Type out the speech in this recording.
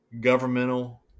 governmental